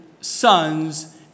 sons